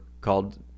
called